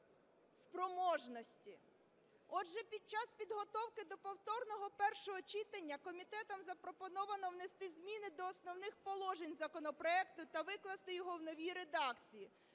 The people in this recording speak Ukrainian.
спроможності. Отже, під час підготовки до повторного першого читання комітетом запропоновано внести зміни до основних положень законопроекту та викласти його у новій редакції.